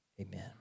amen